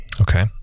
Okay